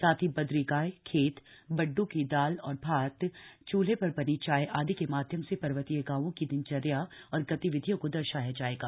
साथ ही बद्गी गाय खेत बड़डू की दाल और भात चूल्हे पर बनी चाय आदि के माध्यम से पर्वतीय गांवों की दिनचर्या और गतिविधियों को दर्शया जाएगा